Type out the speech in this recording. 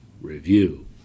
review